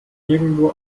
nirgendwo